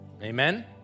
Amen